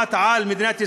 מעצמת-על, מדינת ישראל.